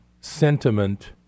sentiment